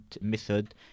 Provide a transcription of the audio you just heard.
method